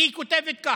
והיא כותבת כך,